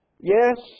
yes